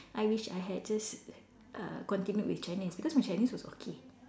I wish I had just uh continued with Chinese because my Chinese was okay